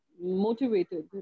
motivated